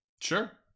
Sure